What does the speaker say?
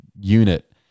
unit